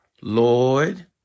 Lord